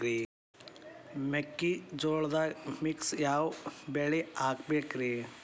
ಮೆಕ್ಕಿಜೋಳದಾಗಾ ಮಿಕ್ಸ್ ಯಾವ ಬೆಳಿ ಹಾಕಬೇಕ್ರಿ?